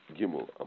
Gimel